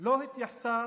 לא התייחסה